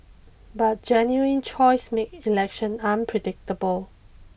but genuine choice make election unpredictable